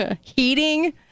heating